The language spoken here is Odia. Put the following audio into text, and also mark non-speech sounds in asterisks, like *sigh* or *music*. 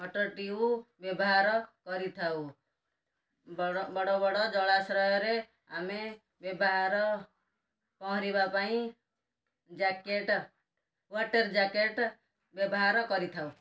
*unintelligible* ବ୍ୟବହାର କରିଥାଉ ବଡ଼ ବଡ଼ ବଡ଼ ଜଳାଶ୍ରୟରେ ଆମେ ବ୍ୟବହାର ପହଁରିବା ପାଇଁ ଜ୍ୟାକେଟ ୱାଟର ଜ୍ୟାକେଟ ବ୍ୟବହାର କରିଥାଉ